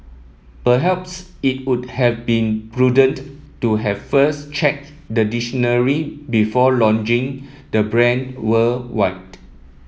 perhaps it would have been prudent to have first checked the dictionary before launching the brand worldwide